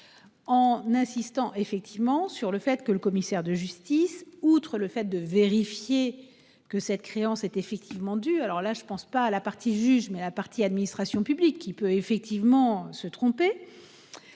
En insistant effectivement sur le fait que le commissaire de justice. Outre le fait de vérifier que cette créance est effectivement du alors là je ne pense pas à la partie juge mais la partie administration publique qui peut effectivement se tromper.